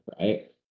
right